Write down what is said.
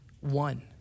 One